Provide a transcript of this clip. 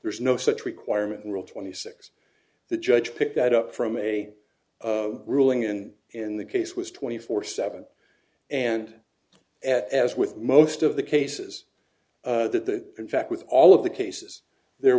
there is no such requirement in rule twenty six the judge picked that up from a ruling and in the case was twenty four seven and as with most of the cases that in fact with all of the cases there